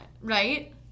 right